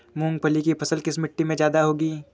मूंगफली की फसल किस मिट्टी में ज्यादा होगी?